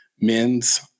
men's